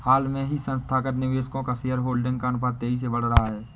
हाल ही में संस्थागत निवेशकों का शेयरहोल्डिंग का अनुपात तेज़ी से बढ़ रहा है